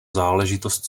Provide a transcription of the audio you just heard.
záležitost